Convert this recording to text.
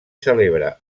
celebra